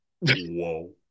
whoa